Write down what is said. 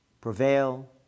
prevail